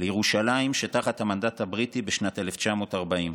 לירושלים שתחת המנדט הבריטי בשנת 1940,